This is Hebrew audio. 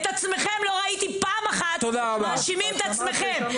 לא ראיתי פעם אחת שאתם מאשימים את עצמכם.